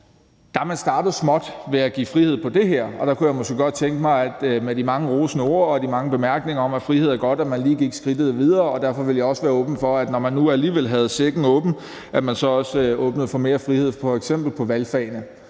man er startet småt ved at give frihed på det her område, og der kunne jeg måske godt tænke mig, at man – med de mange rosende ord og de mange bemærkninger om, at frihed er godt – lige gik skridtet videre, og derfor ville jeg også være åben for, at når man alligevel havde sækken åben, så også åbnede for mere frihed på f.eks. valgfagene.